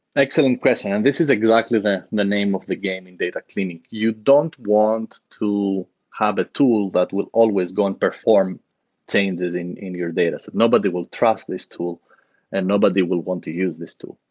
excellent question, and this is exactly that the name of the game in data cleaning. you don't want to have a tool but will always go and perform changes in in your data. so nobody will trust this tool and nobody will want to use this tool.